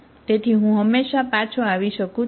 તેથી હું હંમેશા પાછો આવી શકું છું